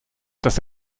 dass